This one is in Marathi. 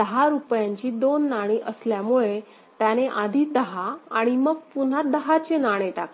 १० रुपयाची दोन नाणी असल्यामुळेत्याने आधी १० आणि मग पुन्हा १० चे नाणे टाकले